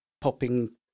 popping